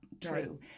true